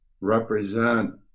represent